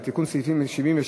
77,